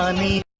um me